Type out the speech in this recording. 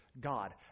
God